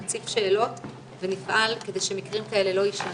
נציף שאלות ונפעל כדי שמקרים כאלה לא יישנו.